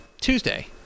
Tuesday